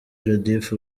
judith